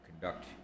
conduct